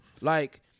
Like-